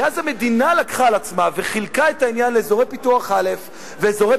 כי אז המדינה לקחה על עצמה וחילקה את העניין לאזורי פיתוח א' ואזורי